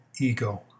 ego